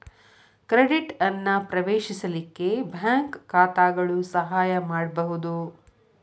credit ಅನ್ನ ಪ್ರವೇಶಿಸಲಿಕ್ಕೆ bank ಖಾತಾಗಳು ಸಹಾಯ ಮಾಡ್ಬಹುದು